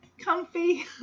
Comfy